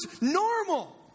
normal